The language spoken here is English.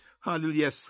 Hallelujah